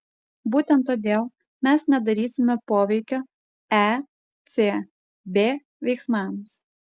būtent todėl mes nedarysime poveikio ecb veiksmams